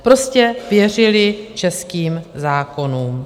Prostě věřili českým zákonům.